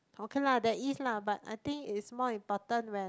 okay lah there is lah but I think it's more important when